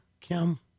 Kim